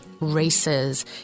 races